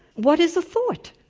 what is a thought?